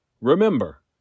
Remember